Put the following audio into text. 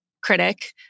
critic